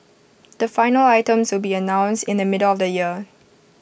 the final items will be announced in the middle of the year